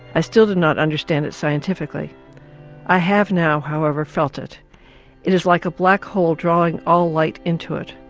i still do not understand it scientifically i have now however, felt it. it is like a black hole drawing all light into it.